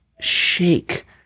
shake